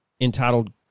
entitled